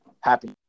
happy